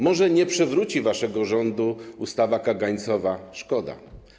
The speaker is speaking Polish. Może nie przewróci waszego rządu ustawa kagańcowa, szkoda.